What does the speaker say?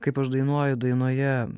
kaip aš dainuoju dainoje